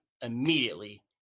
immediately